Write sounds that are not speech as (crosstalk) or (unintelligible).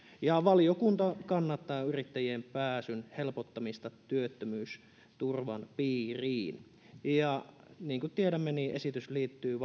valiokunta kannattaa yrittäjien pääsyn helpottamista työttömyysturvan piiriin ja niin kuin tiedämme esitys liittyy (unintelligible)